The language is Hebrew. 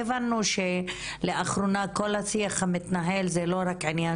אנחנו הבנו שלאחרונה כל השיח הזה שמתנהל הוא לא רק עניין